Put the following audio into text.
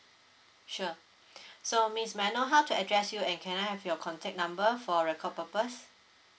sure so miss may I know how to address you and can I have your contact number for record purpose